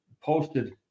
posted